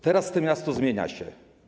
Teraz to miasto zmienia się.